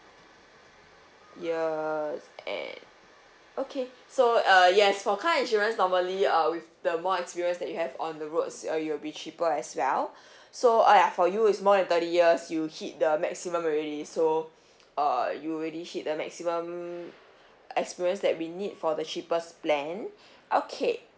years and okay so err yes for car insurance normally uh with the more experience that you have on the roads uh it'll be cheaper as well so uh ya for you is more than thirty years you hit the maximum already so err you already hit the maximum experience that we need for the cheapest plan okay